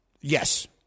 yes